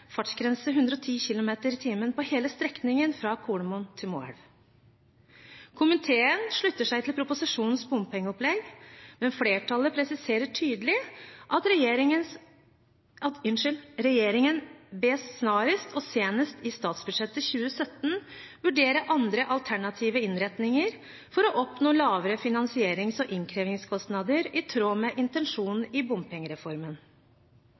fartsgrense på 110 km/t på hele strekningen fra Kolomoen til Moelv. Komiteen slutter seg til proposisjonens bompengeopplegg, men flertallet presiserer tydelig at regjeringen bes snarest, og senest i statsbudsjettet for 2017, vurdere andre alternative innretninger for å oppnå lavere finansierings- og innkrevingskostnader i tråd med intensjonen i bompengereformen.